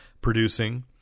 producing